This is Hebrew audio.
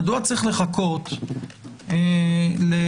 מדוע צריך לחכות למקרה,